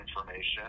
information